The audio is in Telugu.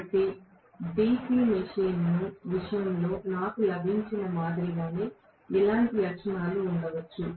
కాబట్టి DC మెషీన్ విషయంలో నాకు లభించిన మాదిరిగానే ఇలాంటి లక్షణాలు ఉండవచ్చు